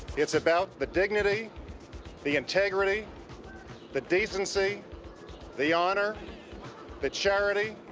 it's about the dignity the integrity the decency the honor the charity